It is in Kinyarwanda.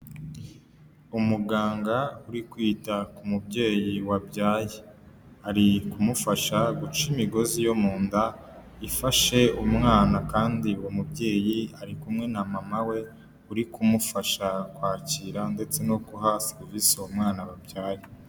Umuganga uri kwita ku mubyeyi wabyaye; ari kumufasha guca imigozi yo mu nda ifashe umwana; kandi uwo mubyeyi ari kumwe na mama we uri kumufasha kwakira ndetse no guha serivise uwo mwana babyaye.